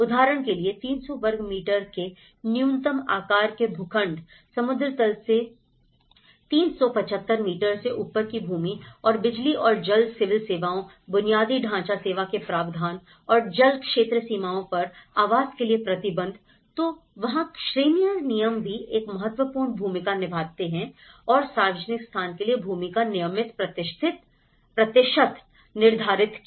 उदाहरण के लिए 300 वर्ग मीटर के न्यूनतम आकार के भूखंड समुद्र तल से 375 मीटर से ऊपर की भूमि और बिजली और जल सिविल सेवाओं बुनियादी ढांचा सेवा के प्रावधान और जलक्षेत्र सीमाओं पर आवास के लिए प्रतिबंध तो वहां क्षेत्रीय नियम भी एक महत्वपूर्ण भूमिका निभाते हैं और सार्वजनिक स्थान के लिए भूमि का नियमित प्रतिशत निर्धारित किया